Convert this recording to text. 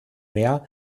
mehr